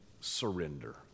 surrender